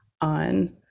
on